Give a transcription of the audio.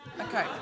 Okay